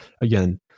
again